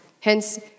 Hence